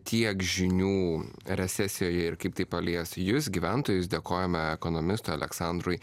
tiek žinių recesijoje ir kaip tai palies jus gyventojus dėkojame ekonomistui aleksandrui